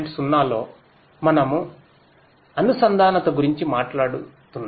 0 లో మనము అనుసంధానత గురించి మాట్లాడుతున్నాము